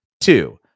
Two